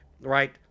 Right